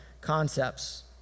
concepts